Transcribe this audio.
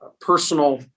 personal